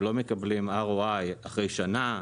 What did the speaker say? עוד לא מקבלים ROI לאחר שנה,